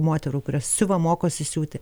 moterų siuva mokosi siūti